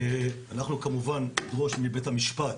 אנחנו כמובן נדרוש מבית המשפט,